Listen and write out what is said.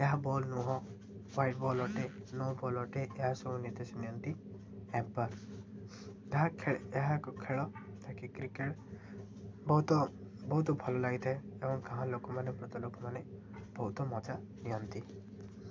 ଏହା ବଲ୍ ନୁହଁ wide ball ଅଟେ ନୋ ବଲ୍ ଅଟେ ଏହା ସବୁ ନିର୍ଦେଶ ନିଅନ୍ତି ଅମ୍ପେୟାର ତାହା ଖେଳ ଏହା ଏକ ଖେଳ ଯାହାକି କ୍ରିକେଟ୍ ବହୁତ ବହୁତ ଭଲ ଲାଗିଥାଏ ଏବଂ ଘର ଲୋକମାନେ ବୃଦ୍ଧ ଲୋକ ମାନେ ବହୁତ ମଜା ନିଅନ୍ତି